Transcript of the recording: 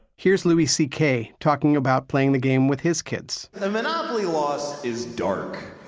here's louis c k. talking about playing the game with his kids. the monopoly loss is dark.